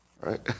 Right